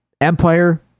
Empire